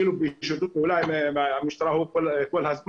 כאילו הוא בשיתוף פעולה עם המשטרה כל הזמן